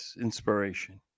inspiration